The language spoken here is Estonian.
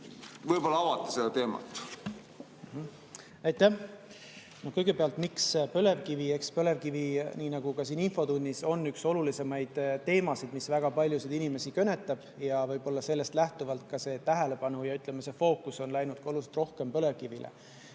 Võib-olla avate seda teemat?